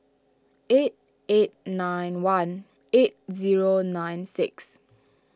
eight eight nine one eight zero nine six